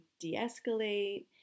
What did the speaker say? de-escalate